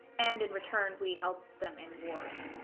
and in return we help them in wars